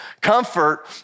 comfort